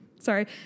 Sorry